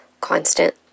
constant